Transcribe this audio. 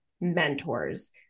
mentors